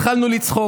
התחלנו לצחוק.